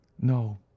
no